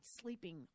sleeping